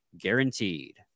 Guaranteed